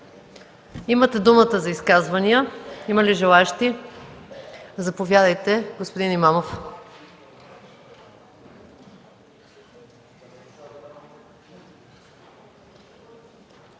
Имате думата за изказвания. Има ли желаещи? Заповядайте, господин Имамов.